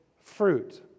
fruit